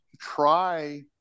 try